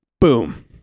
boom